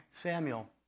Samuel